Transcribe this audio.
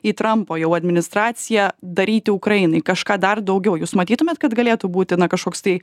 į trampo jau administraciją daryti ukrainai kažką dar daugiau jūs matytumėt kad galėtų būti na kažkoks tai